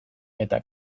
eta